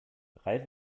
ralf